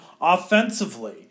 offensively